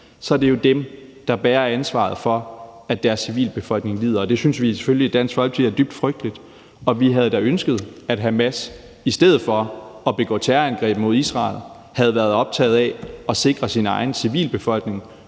så er det jo dem, der bærer ansvaret for, at deres civilbefolkning lider. Det synes vi selvfølgelig i Dansk Folkeparti er dybt frygteligt, og vi havde da ønsket, at Hamas i stedet for at begå terrorangreb mod Israel havde været optaget af at sikre sin egen civilbefolkning